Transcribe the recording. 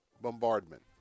bombardment